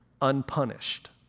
unpunished